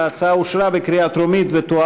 ההצעה להעביר את הצעת חוק המכר (דירות) (תיקון,